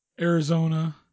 Arizona